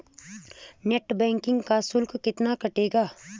Net banking का शुल्क कितना कटेगा?